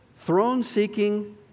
throne-seeking